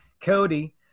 Cody